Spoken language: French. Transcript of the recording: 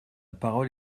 parole